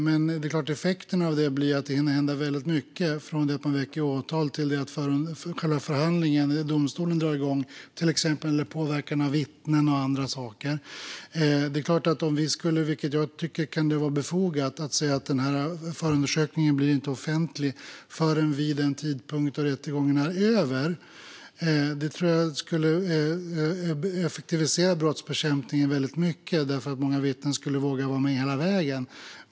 Men det är klart att effekten av det är att det hinner hända väldigt mycket från det att man väcker åtal till det att själva domstolsförhandlingen drar igång, till exempel påverkan av vittnen och annat. Det kan därför vara befogat att säga att förundersökningen inte ska bli offentlig förrän rättegången är över. Det skulle effektivisera brottsbekämpningen mycket eftersom många vittnen då skulle våga vara med hela vägen.